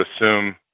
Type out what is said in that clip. assume